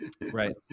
Right